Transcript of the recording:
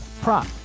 prop